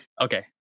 okay